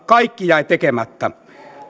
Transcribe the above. kaikki jäi tekemättä